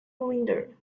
winder